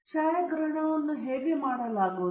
ಆದ್ದರಿಂದ ಇದು ಗ್ರಾಫ್ ಅನ್ನು ತೋರಿಸುವ ಉತ್ತಮ ಮಾರ್ಗವಾಗಿದೆ